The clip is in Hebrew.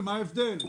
מה ההבדל?